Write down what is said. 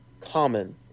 common